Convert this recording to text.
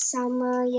Summer